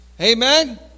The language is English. Amen